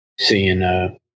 seeing